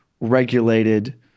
regulated